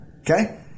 okay